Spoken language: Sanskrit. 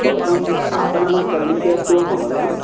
भवताम् आपणः समीपे अस्ति वा महोदय